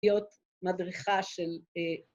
‫היא עוד מדריכה של...